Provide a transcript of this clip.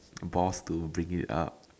balls to bring it up